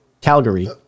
Calgary